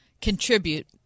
contribute